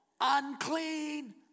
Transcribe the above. unclean